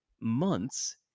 months